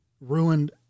ruined